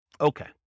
Okay